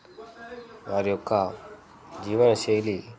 వారి యొక్క జీవన శైలి